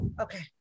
okay